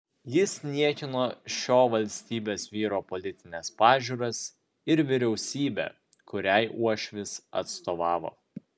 jis niekino šio valstybės vyro politines pažiūras ir vyriausybę kuriai uošvis atstovavo